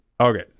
Okay